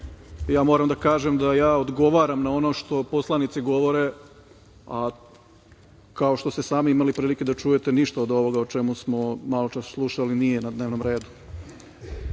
ja moram da kažem da ja odgovaram na ono što poslanici govore, a kao što ste sami imali prilike da čujete ništa od ovoga o čemu smo maločas slušali nije na dnevnom redu. Može